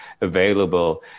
available